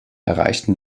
erreichten